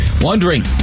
wondering